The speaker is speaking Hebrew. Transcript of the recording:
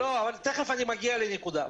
תיכף אני מגיע לנקודה.